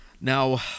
Now